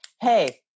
hey